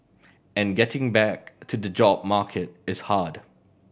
and getting back to the job market is hard